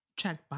checkbox